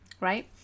right